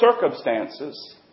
circumstances